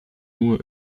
nur